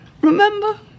Remember